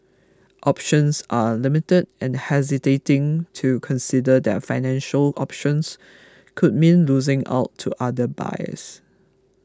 options are limited and hesitating to consider their financial options could mean losing out to other buyers